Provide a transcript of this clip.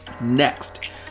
Next